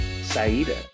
Saida